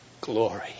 glory